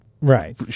Right